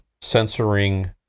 censoring